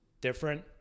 different